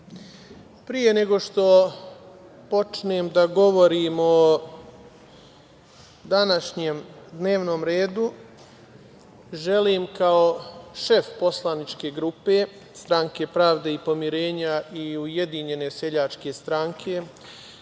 pre nego što počnem da govorim o današnjem dnevnom redu, želim kao šef poslaničke grupe Stranke pravde i pomirenja i Ujedinjene seljačke stranke,